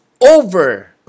over